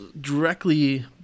directly